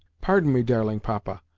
pardon me, darling papa!